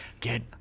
get